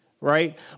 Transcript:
right